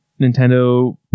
Nintendo